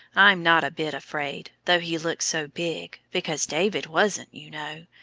i'm not a bit afraid, though he looks so big, because david wasn't, you know.